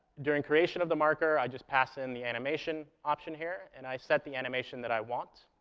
during creation of the marker, i just pass in the animation option here and i set the animation that i want.